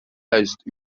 duizend